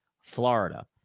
Florida